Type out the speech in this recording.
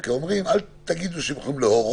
אנחנו אומרים שהם לא יוכלו להורות,